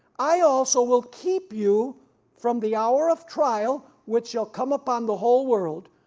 i also will keep you from the hour of trial which shall come upon the whole world,